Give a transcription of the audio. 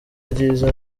ryiza